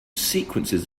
sequences